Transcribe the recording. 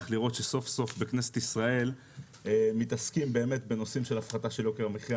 לראות שסוף סוף בכנסת ישראל מתעסקים בנושאים של הפחתה של יוקר המחיה,